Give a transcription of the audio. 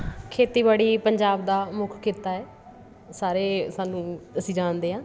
ਖੇਤੀਬਾੜੀ ਪੰਜਾਬ ਦਾ ਮੁੱਖ ਕਿੱਤਾ ਹੈ ਸਾਰੇ ਸਾਨੂੰ ਅਸੀਂ ਜਾਣਦੇ ਹਾਂ